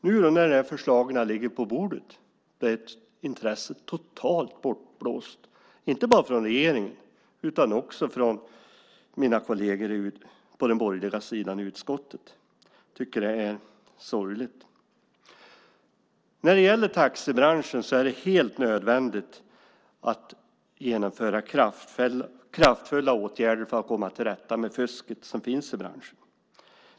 Nu när förslagen ligger på bordet är intresset totalt bortblåst, inte bara från regeringen utan också från mina kolleger på den borgerliga sidan i utskottet. Jag tycker att det är sorgligt. När det gäller taxibranschen är det helt nödvändigt att genomföra kraftfulla åtgärder för att komma till rätta med det fusk som finns där.